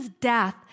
death